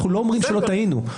אנחנו לא אומרים שלא טעינו,